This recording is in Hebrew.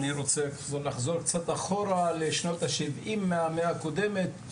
אני רוצה לחזור קצת אחורה לשנות ה-70 מהמאה הקודמת,